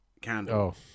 candle